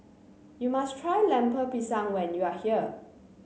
you must try Lemper Pisang when you are here